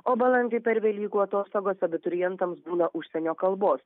o balandį per velykų atostogas abiturientams būna užsienio kalbos